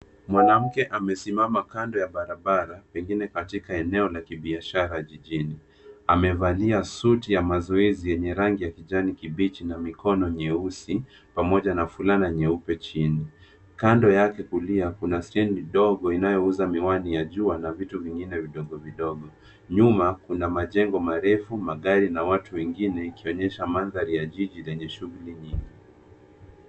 Mwanamke amesimama kando ya barabara, pengine katika eneo la kibiashara jijini. Amevalia suti ya mazoezi yenye rangi ya kijani kibichi na mikono nyeusi pamoja na fulana nyeupe chini. Kando yake kulia kuna sehemu ndogo inayouza miwani ya jua na vitu vingine vidogo vidogo. Nyuma, kuna majengo marefu, magari na watu wengine ikionyesha mandhari ya jiji lenye shughuli nyingi.